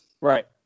Right